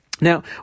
Now